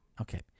okay